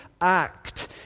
act